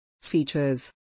Features